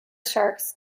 sharks